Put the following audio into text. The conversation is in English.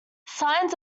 signs